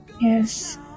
Yes